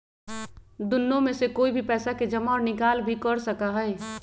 दुन्नो में से कोई भी पैसा के जमा और निकाल भी कर सका हई